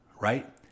right